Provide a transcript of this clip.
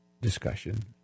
discussion